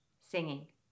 singing